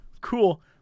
cool